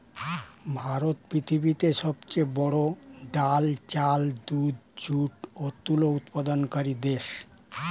ভারত পৃথিবীতে সবচেয়ে বড়ো ডাল, চাল, দুধ, যুট ও তুলো উৎপাদনকারী দেশ